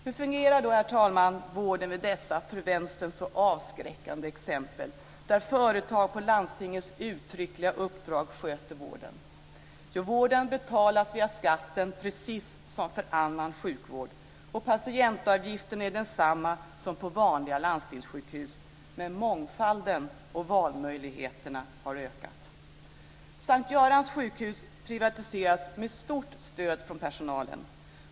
Hur fungerar då, herr talman, vården vid dessa för vänstern så avskräckande exempel, där företag på landstingets uttryckliga uppdrag sköter vården? Jo, vården betalas via skatten precis som för annan sjukvård. Patientavgiften är densamma som på vanliga landstingssjukhus, men mångfalden och valmöjligheterna har ökat. S:t Görans sjukhus privatiserades med stort stöd från personalen.